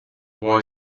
boy